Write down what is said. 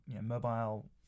mobile